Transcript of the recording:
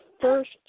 first